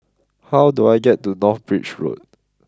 how do I get to North Bridge Road